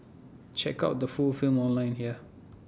check out the full film online here